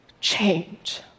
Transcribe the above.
change